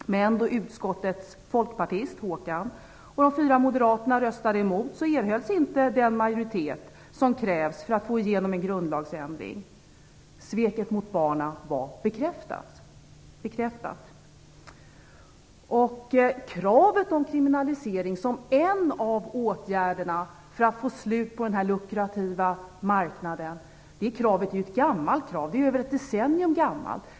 Men när utskottets folkpartist Håkan Holmberg och de fyra moderaterna röstade emot, erhölls inte den majoritet som krävs för att få igenom en grundlagsändring. Sveket mot barnen var bekräftat. Kravet på kriminalisering som en av åtgärderna för att få slut på denna lukrativa marknad är ju gammalt. Det är mer än ett decennium gammalt.